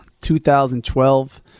2012